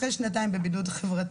אחרי שהיו בבית שנתיים בבידוד חברתי,